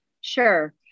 Sure